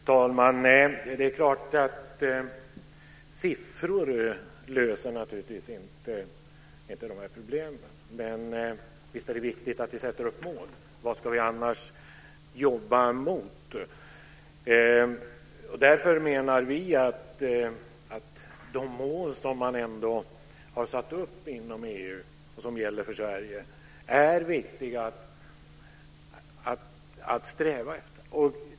Fru talman! Det är klart att siffror inte löser problemen. Men visst är det viktigt att vi sätter upp mål. Vad ska vi annars jobba mot? Därför menar vi att de mål som man ändå har satt upp inom EU, som gäller för Sverige, är viktiga att sträva efter.